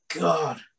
god